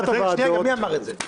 מי אמר את זה?